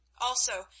Also